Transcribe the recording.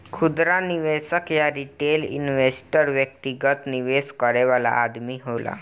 खुदरा निवेशक या रिटेल इन्वेस्टर व्यक्तिगत निवेश करे वाला आदमी होला